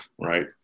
right